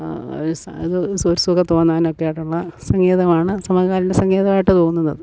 ഒരു സുഖം തോന്നാനൊക്കെയായിട്ടുള്ള സംഗീതമാണ് സമകാലീന സംഗീതമായിട്ട് തോന്നുന്നത്